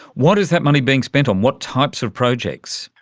what is that money being spent on, what types of projects?